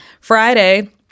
Friday